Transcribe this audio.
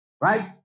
Right